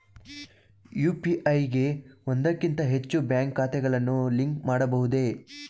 UPI ಗೆ ಒಂದಕ್ಕಿಂತ ಹೆಚ್ಚು ಬ್ಯಾಂಕ್ ಖಾತೆಗಳನ್ನು ಲಿಂಕ್ ಮಾಡಬಹುದೇ?